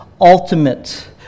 ultimate